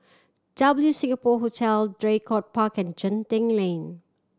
W Singapore Hotel Draycott Park and Genting Lane